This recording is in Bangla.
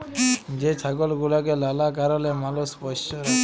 যে ছাগল গুলাকে লালা কারলে মালুষ পষ্য রাখে